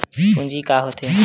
पूंजी का होथे?